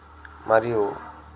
మరియు